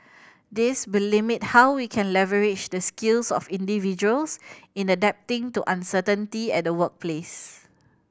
this be limit how we can leverage the skills of individuals in adapting to uncertainty at the workplace